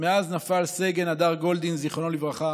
מאז נפל סגן הדר גולדין, זכרו לברכה,